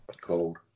Cold